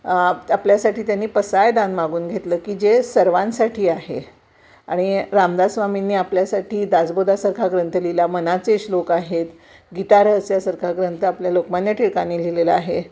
आप आपल्यासाठी त्यांनी पसायदान मागून घेतलं की जे सर्वांसाठी आहे आणि रामदासस्वामींनी आपल्यासाठी दासबोधासारखा ग्रंथ लिहिला मनाचे श्लोक आहेत गीतारहस्यासारखा ग्रंथ आपल्या लोकमान्य टिळकांनी लिहिलेला आहे